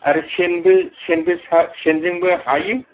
आरो सेनबो सेनबो सेनजोंबो हायो